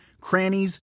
crannies